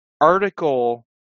article